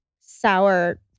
sour